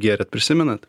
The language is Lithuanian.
gėrėt prisimenat